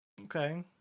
okay